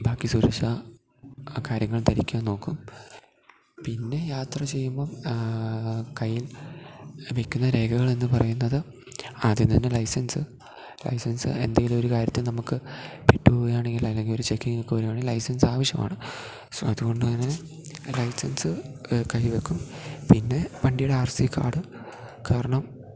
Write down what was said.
ബാക്കി സുരക്ഷ ആ കാര്യങ്ങൾ ധരിക്കാൻ നോക്കും പിന്നെ യാത്ര ചെയ്യുമ്പം കൈയിൽ വയ്ക്കുന്ന രേഖകളെന്ന് പറയുന്നത് ആദ്യം തന്നെ ലൈസൻസ്സ് ലൈസൻസ്സ് എന്തെങ്കിലും ഒരു കാര്യത്തിന് നമുക്ക് പെട്ടു പോവുകയാണെങ്കിൽ അല്ലെങ്കിൽ ഒരു ചെക്കിങ്ങൊക്കെ വരികയാണെ ലൈസൻസ് ആവശ്യമാണ് സോ അതുകൊണ്ട് തന്നെ ലൈസൻസ്സ് കൈ വയ്ക്കും പിന്നെ വണ്ടിയുടെ ആർ സി കാർഡ് കാരണം